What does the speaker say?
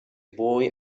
boy